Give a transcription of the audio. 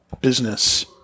business